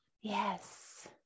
Yes